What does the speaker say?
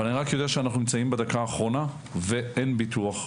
אני רק יודע שאנחנו נמצאים בדקה האחרונה ואין ביטוח.